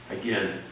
Again